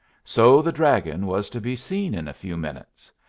so the dragon was to be seen in a few minutes!